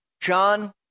John